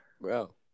Bro